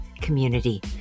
community